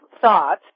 thought